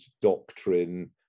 doctrine